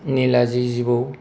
निलाजि जिबौ